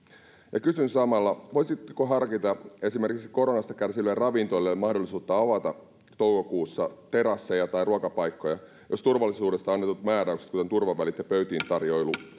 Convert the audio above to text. ja kysyn samalla voisitteko harkita esimerkiksi koronasta kärsiville ravintoloille mahdollisuutta avata toukokuussa terasseja tai ruokapaikkoja jos turvallisuudesta annetut määräykset kuten turvavälit ja pöytiin tarjoilu